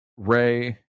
Ray